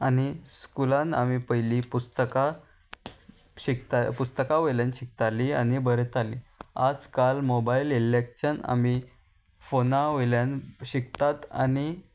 आनी स्कुलान आमी पयलीं पुस्तकां शिकता पुस्तकां वयल्यान शिकतालीं आनी बरयतालीं आज काल मोबायल येल्लेंच्यान आमी फोना वयल्यान शिकतात आनी